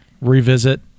revisit